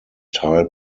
tile